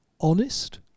...honest